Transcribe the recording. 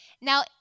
Now